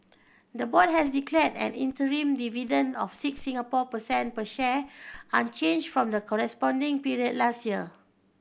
the board has declared an interim dividend of six Singapore per cent per share unchanged from the corresponding period last year